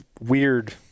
weird